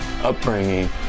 upbringing